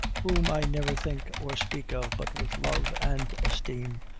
whom i never think or speak of but with love and esteem,